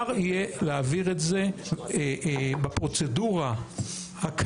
אפשר יהיה להעביר את זה בפרוצדורה הקיימת,